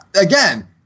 again